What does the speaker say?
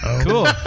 Cool